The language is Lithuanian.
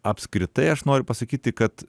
apskritai aš noriu pasakyti kad